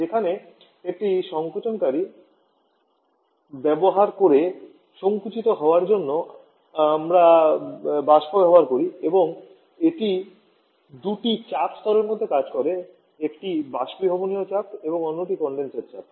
যেখানে একটি সংকোচনকারী ব্যবহার করে সংকুচিত হওয়ার জন্য আমরা বাষ্প ব্যবহার করি এবং এটি দুটি চাপ স্তরের মধ্যে কাজ করে একটি বাষ্পীভবনীয় চাপ এবং অন্যটি কনডেন্সার চাপ